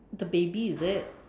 the baby is it